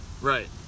Right